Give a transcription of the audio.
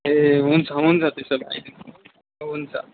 ए हुन्छ हुन्छ त्यसो भए अहिले हुन्छ